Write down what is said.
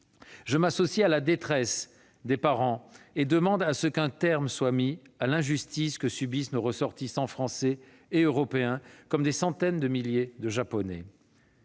Je m'associe à la détresse des parents et demande qu'un terme soit mis à l'injustice que subissent nos ressortissants français et européens, comme des centaines de milliers de Japonais.